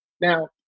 Now